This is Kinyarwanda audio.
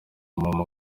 nama